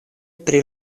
pri